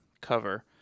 cover